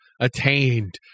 attained